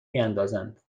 میاندازند